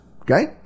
Okay